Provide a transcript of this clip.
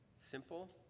simple